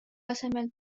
asemel